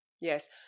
Yes